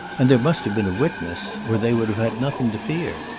and there must have been a witness, or they would have had nothing to fear.